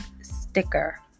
sticker